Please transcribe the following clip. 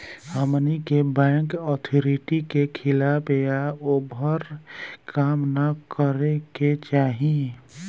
हमनी के bank authority के खिलाफ या ओभर काम न करे के चाही